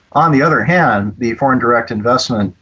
on the other hand, the foreign direct investment,